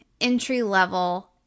entry-level